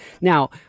Now